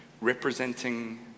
representing